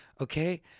Okay